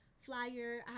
flyer